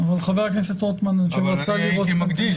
הייתי מגדיל,